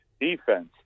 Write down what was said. defense